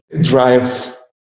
drive